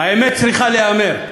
האמת צריכה להיאמר: